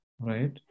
Right